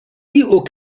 aux